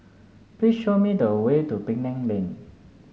please show me the way to Penang Lane